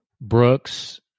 Brooks